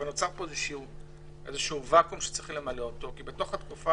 אבל נוצר פה איזשהו ואקום שצריך למלא אותו כי בתוך התקופה